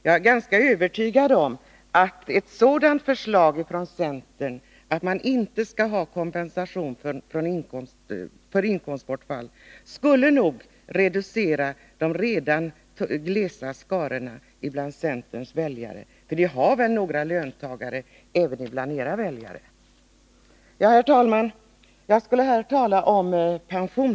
Jag är övertygad om att ett sådant förslag från centern — alltså om att man inte skall ha kompensation för inkomstbortfall — skulle reducera de redan glesa skarorna av centerväljare, för ni har väl några löntagare även bland era väljare?